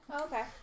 Okay